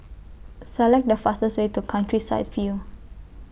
Select The fastest Way to Countryside View